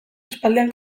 aspaldian